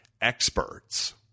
experts